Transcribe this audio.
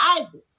Isaac